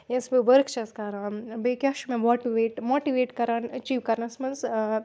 یۄس بہٕ ؤرٕک چھَس کَران بیٚیہِ کیٛاہ چھُ مےٚ ماٹٕویٹ ماٹٕویٹ کَران أچیٖو کَرنَس منٛز